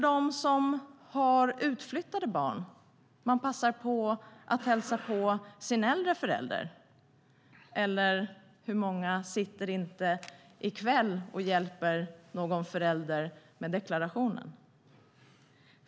De som har utflyttade barn kanske passar på att hälsa på sin äldre förälder. Eller hur många sitter inte i kväll och hjälper någon förälder med deklarationen?